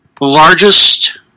largest